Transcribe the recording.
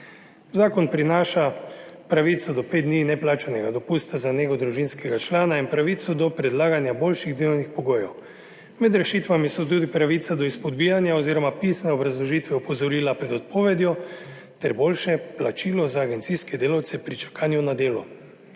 Zakon prinaša pravico do pet dni neplačanega dopusta za nego družinskega člana in pravico do predlaganja boljših delovnih pogojev. Med rešitvami so tudi pravica do izpodbijanja oziroma pisne obrazložitve opozorila pred odpovedjo ter boljše plačilo za agencijske delavce pri čakanju na delo,